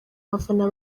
abafana